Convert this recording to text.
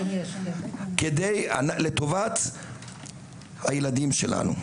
לטובת הילדים שלנו,